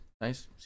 nice